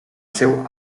seu